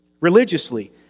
Religiously